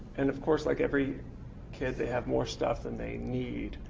and of course like every kid they have more stuff than they need.